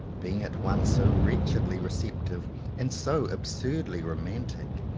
being at once so wretchedly receptive and so absurdly ro mantic,